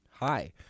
Hi